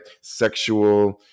sexual